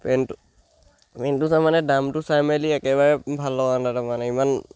পেণ্টটো পেণ্টটো তাৰমানে দামটো চাই মেলি একেবাৰে ভাল লগা নাই তাৰমানে ইমান